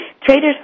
traders